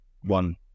one